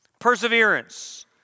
Perseverance